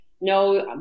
no